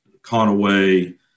Conaway